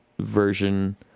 Version